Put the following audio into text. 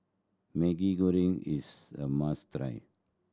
Maggi Goreng is a must try